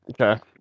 Okay